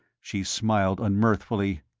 she smiled unmirthfully.